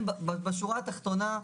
בשורה התחתונה,